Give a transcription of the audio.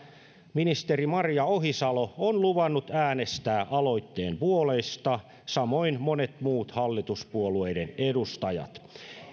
ministeri maria ohisalo on luvannut äänestää aloitteen puolesta samoin monet muut hallituspuolueiden edustajat